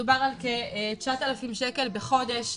מדובר על כתשעת אלפים שקל בחודש.